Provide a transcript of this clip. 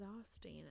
exhausting